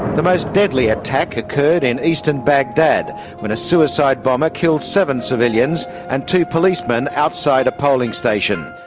the most deadly attack occurred in eastern baghdad when a suicide bomber killed seven civilians and two policemen outside a polling station.